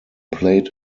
played